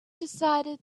decided